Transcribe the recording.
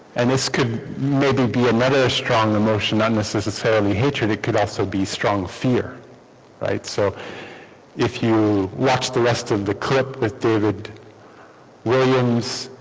and this could maybe be another strong emotion unnecessarily hatred it could also be strong fear right so if you watch the rest of the clip with david williams